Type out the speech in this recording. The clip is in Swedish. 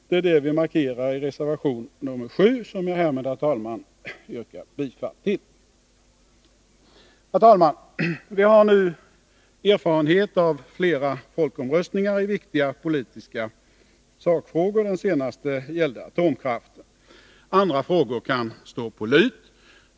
Det är det vi markerar i reservation 7, som jag härmed, herr talman, yrkar bifall till. Herr talman! Vi har nu erfarenhet av flera folkomröstningar i viktiga politiska sakfrågor, den senaste gällde atomkraften. Andra frågor kan stå på lut.